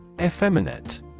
Effeminate